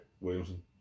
Williamson